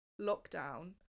lockdown